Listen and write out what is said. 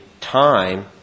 time